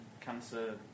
cancer